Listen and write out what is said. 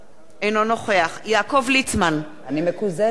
אינו נוכח יעקב ליצמן, נגד